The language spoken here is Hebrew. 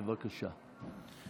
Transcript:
בבקשה.